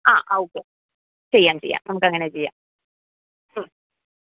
ആ ഓക്കെ ചെയ്യാം ചെയ്യാം നമുക്ക് അങ്ങനെ ചെയ്യാം ഉം